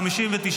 נתקבל.